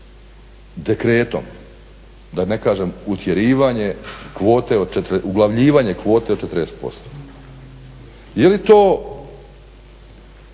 dekretom, da ne kažem utjerivanje kvote od 40%, uglavljivanje kvote od 40%, je li to